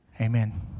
Amen